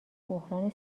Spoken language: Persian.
بحران